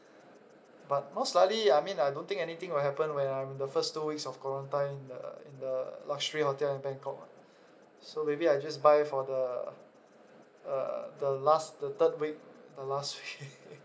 but most likely I mean I don't think anything will happen when I'm in the first two weeks of quarantine in the in the luxury hotel in bangkok [what] so maybe I just buy for the uh the last the third week the last week